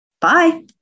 Bye